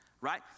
right